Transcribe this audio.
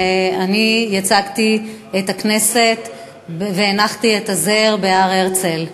ואני ייצגתי את הכנסת והנחתי את הזר בהר-הרצל.